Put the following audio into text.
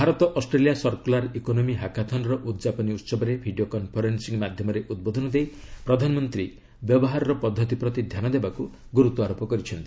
Bharat Australia circular economy hackathon ର ଉଦ୍ଯାପନୀ ଉହବରେ ଭିଡ଼ିଓ କନ୍ଫରେନ୍ସିଂ ମାଧ୍ୟମରେ ଉଦ୍ବୋଧନ ଦେଇ ପ୍ରଧାନମନ୍ତ୍ରୀ ବ୍ୟବହାରର ପଦ୍ଧତି ପ୍ରତି ଧ୍ୟାନ ଦେବାକୁ ଗୁରୁତ୍ୱ ଆରୋପ କରିଛନ୍ତି